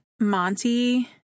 monty